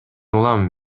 улам